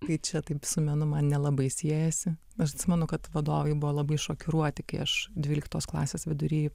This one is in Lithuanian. tai čia taip su menu man nelabai siejasi aš atsimenu kad vadovai buvo labai šokiruoti kai aš dvyliktos klasės vidury